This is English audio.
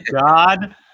God